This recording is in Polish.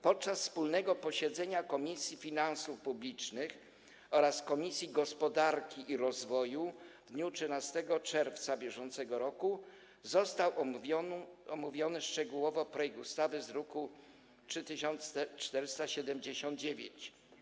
Podczas wspólnego posiedzenia Komisji Finansów Publicznych oraz Komisji Gospodarki i Rozwoju w dniu 13 czerwca br. został szczegółowo omówiony projekt ustawy z druku nr 3479.